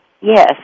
Yes